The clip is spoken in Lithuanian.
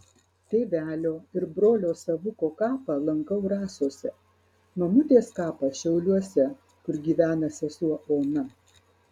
tėvelio ir brolio savuko kapą lankau rasose mamutės kapą šiauliuose kur gyvena sesuo ona